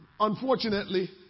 Unfortunately